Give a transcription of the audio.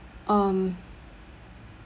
um